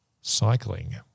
Cycling